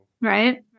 Right